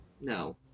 No